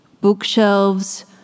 Bookshelves